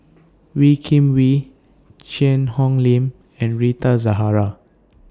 Wee Kim Wee Cheang Hong Lim and Rita Zahara